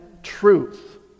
truth